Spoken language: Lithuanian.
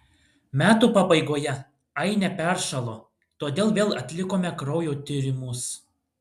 metų pabaigoje ainė peršalo todėl vėl atlikome kraujo tyrimus